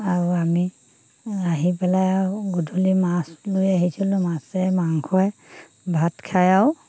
আৰু আমি আহি পেলাই আৰু গধূলি মাছ লৈ আহিছিলোঁ মাছে মাংসই ভাত খাই আৰু